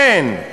כן,